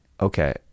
Okay